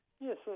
Yes